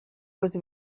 was